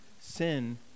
sin